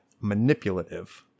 manipulative